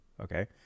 Okay